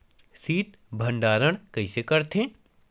शीत भंडारण कइसे करथे?